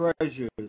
treasures